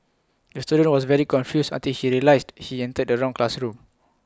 the student was very confused until he realised he entered the wrong classroom